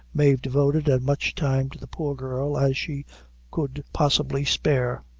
mave devoted as much time to the poor girl as she could possibly spare.